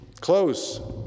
Close